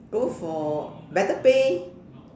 go for better pay